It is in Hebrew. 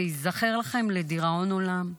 זה ייזכר לכם לדיראון עולם.